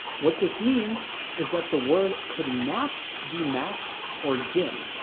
what this means is that the word could not be max or dim